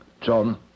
John